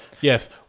Yes